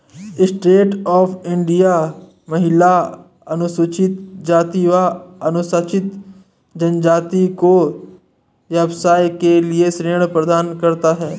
stand up India महिला, अनुसूचित जाति व अनुसूचित जनजाति को व्यवसाय के लिए ऋण प्रदान करता है